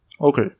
Okay